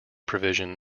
provision